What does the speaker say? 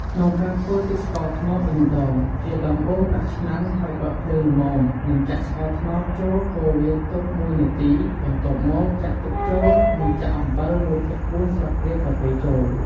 ក្នុងការធ្វើទឹកស្ករត្នោតវិញម្តងជាដំបូងដាក់ឆ្នាំងហើយបើកភ្លើងល្មមនិងចាក់ស្ករត្នោតចូលកូរវាទុកមួយនាទីបន្ទាប់មកចាក់ទឹកចូលនិងចាក់អំបិលមួយភាគបួនស្លាបព្រាកាហ្វចូល ។